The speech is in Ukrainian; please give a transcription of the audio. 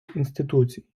інституцій